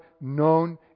known